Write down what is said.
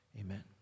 amen